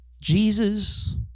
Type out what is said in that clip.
Jesus